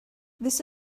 this